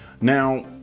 Now